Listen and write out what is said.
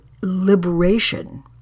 liberation